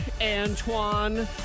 Antoine